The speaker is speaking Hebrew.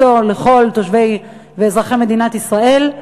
לכל תושבי ואזרחי מדינת ישראל,